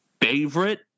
favorite